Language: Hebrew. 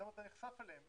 פתאום אתה נחשף אליהם,